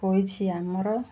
ହୋଇଛି ଆମର